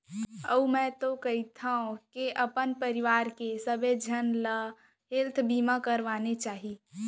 अउ मैं तो कहिथँव के अपन परवार के सबे झन ल हेल्थ बीमा करवानेच चाही